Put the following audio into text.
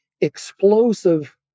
explosive